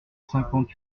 cinquante